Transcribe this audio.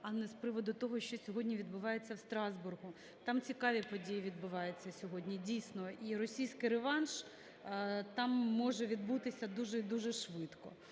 а не з приводу того, що сьогодні відбувається в Страсбурзі. Там цікаві події відбуваються сьогодні, дійсно, і російський реванш там може відбутися дуже і дуже швидко